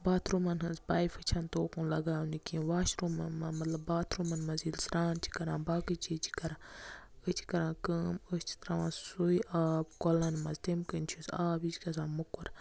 باتھروٗمَن ہنز پایپہٕ چھنہٕ توکُن لگاونہٕ کیٚنہہ واشروٗمَن منٛز باتھروٗمَن منٛز مطلب ییٚلہِ سران چھِ کران باقٕے چیٖز چھِ کران أسۍ چھِ کران کٲم أسۍ چھِ تراوان سُے آب کۄلَن منحز تٔمۍ کِنۍ چھُ سُہ آب یہِ چھُ گژھان موٚکُر